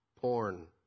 porn